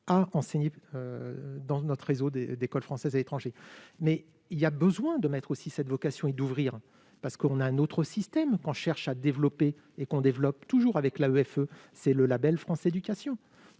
à enseigner dans notre réseau des écoles françaises à l'étranger, mais il y a besoin de mettre aussi cette vocation est d'ouvrir parce qu'on a un autre système qu'on cherche à développer et qu'on développe toujours avec la EFE c'est le Label France Éducation